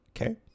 Okay